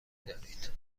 دارید